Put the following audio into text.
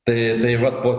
tai tai va po